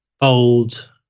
old